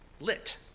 lit